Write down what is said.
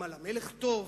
אם על המלך טוב,